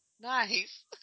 Nice